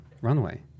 runway